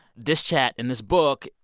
this chat and this book,